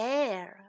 air